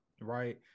right